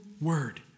word